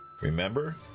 Remember